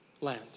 land